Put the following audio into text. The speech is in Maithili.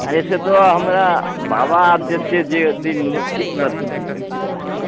अरे से तऽ हमरा बाबा आब जेत्ते जे दिन खीच लेथिन ठीक अइ